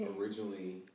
originally